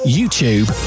YouTube